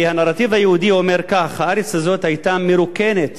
והנרטיב היהודי אומר כך: הארץ הזאת היתה מרוקנת